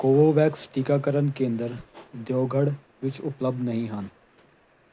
Covovax ਟੀਕਾਕਰਨ ਕੇਂਦਰ ਦਿਓਘੜ ਵਿੱਚ ਉਪਲੱਬਧ ਨਹੀਂ ਹਨ